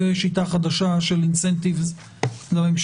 זה שיטה חדשה של תמריצים לממשלה?